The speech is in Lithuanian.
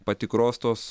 patikros tos